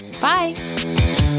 Bye